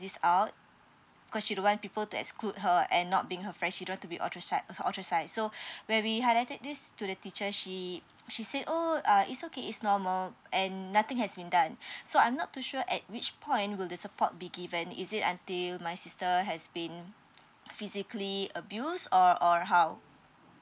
this out because she don't want people to exclude her and not being her friend she don't want to be autrosize authrosize so when we highlighted this to the teacher she she said oh uh is okay is normal and nothing has been done so I'm not too sure at which point will the support be given is it until my sister has been physically abuse or or how